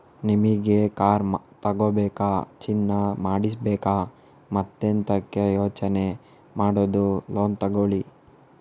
ನಿಮಿಗೆ ಕಾರ್ ತಗೋಬೇಕಾ, ಚಿನ್ನ ಮಾಡಿಸ್ಬೇಕಾ ಮತ್ತೆಂತಕೆ ಯೋಚನೆ ಮಾಡುದು ಲೋನ್ ತಗೊಳ್ಳಿ